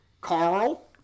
Carl